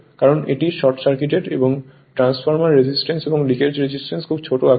কারণ এটি short circuited এবং ট্রান্সফরমার রেজিস্ট্যান্স এবং লিকেজ রিঅ্যাক্টেন্স খুবই ছোট আকারের